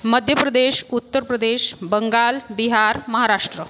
Madhya Pradesh Uttar Pradesh Bengal Bihar Maharashtra